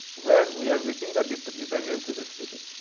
where we are making the dependencies explicit.